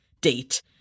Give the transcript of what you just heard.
date